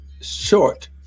short